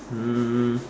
um